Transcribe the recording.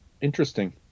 interesting